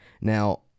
Now-